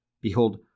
Behold